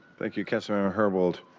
thank you council member herbold.